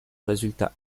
résultat